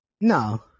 No